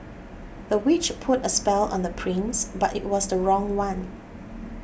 the witch put a spell on the prince but it was the wrong one